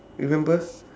you remember